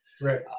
Right